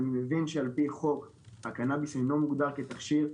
אני מבין שעל-פי חוק הקנביס אינו מוגדר כתכשיר,